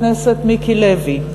חבר הכנסת מיקי לוי,